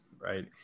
Right